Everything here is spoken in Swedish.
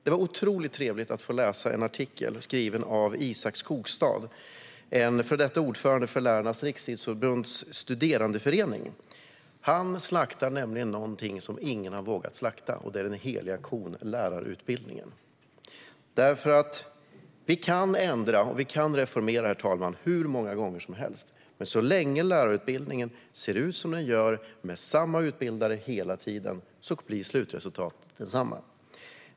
Det var otroligt trevligt att läsa en artikel skriven av Isak Skogstad, före detta ordförande för Lärarnas Riksförbunds studerandeförening. Han slaktar nämligen en helig ko som ingen vågat slakta: lärarutbildningen. Vi kan ändra och reformera, herr talman, hur många gånger som helst, men så länge lärarutbildningen ser ut som den gör, med samma utbildare hela tiden, blir slutresultatet detsamma.